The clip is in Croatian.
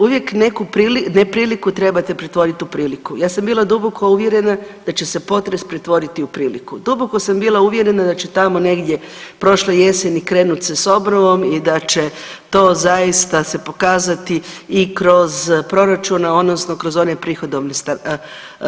Uvijek neku nepriliku trebate pretvorit u priliku, ja sam bila duboko uvjerena da će se potres pretvoriti u priliku, duboko sam bila uvjerena da će tamo negdje prošle jeseni krenut se s obnovom i da će to zaista se pokazati i kroz proračune odnosno kroz one prihodovne stavke.